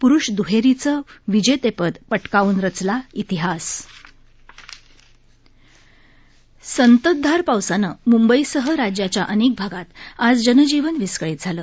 प्रुष दुहेरीचं विजेतेपद पटकावून रचला इतिहास संततधार पावसानं मूंबईसह राज्याच्या अनेक भागात आज जनजीवन विस्कळीत झालं